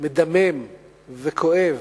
מדמם וכואב,